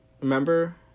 remember